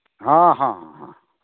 ᱦᱚᱸ ᱦᱚᱸ ᱦᱚᱸ ᱦᱚᱸ